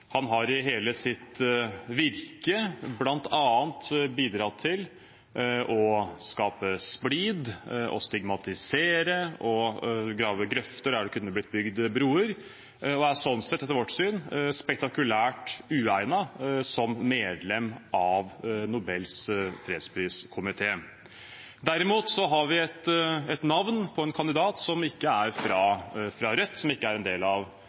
Han har i hele sitt virke bl.a. bidratt til å skape splid, stigmatisere og grave grøfter der det kunne blitt bygd bruer, og er slik sett – etter vårt syn – spektakulært uegnet som medlem av Nobelkomiteen. Derimot har vi et navn på en kandidat som ikke er fra Rødt, som ikke er en del av